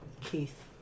Keith